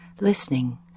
listening